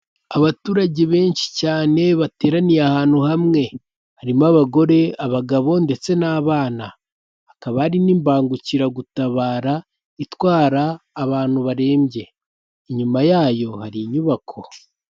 Abaturage benshi cyane bateraniye ahantu hamwe harimo abagore, abagabo ndetse n'abana, hakaba hari n'imbangukiragutabara itwara abantu barembye, inyuma yayo hari inyubako.